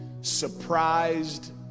surprised